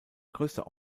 größter